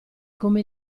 come